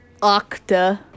octa